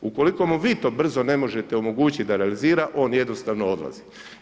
Ukoliko mu vi to brzo ne možete omogućiti da realizira on jednostavno odlazi.